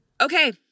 Okay